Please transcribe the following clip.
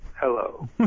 Hello